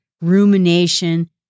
rumination